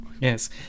Yes